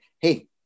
hey